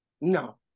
No